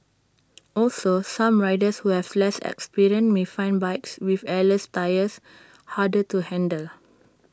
also some riders who have less experience may find bikes with airless tyres harder to handle